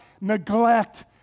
neglect